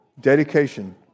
dedication